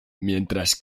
mientras